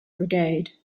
brigade